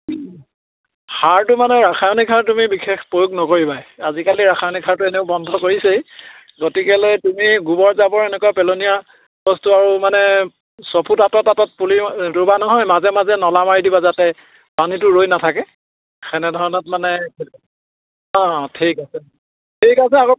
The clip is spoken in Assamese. সাৰটো মানে ৰাসায়নিক সাৰ তুমি বিশেষ প্ৰয়োগ নকৰিবাই আজিকালি ৰাসায়নিক সাৰটো এনেও বন্ধ কৰিছেই গতিকেলৈ তুমি গোবৰ জাবৰ এনেকুৱা পেলনীয়া বস্তু আৰু মানে ছফুট আঁতৰত আঁতৰত পুলি ৰুবা নহয় মাজে মাজে নলা মাৰি দিবা যাতে পানীটো ৰৈ নাথাকে সেনেধৰণত মানে অঁ অঁ ঠিক আছে ঠিক আছে আকৌ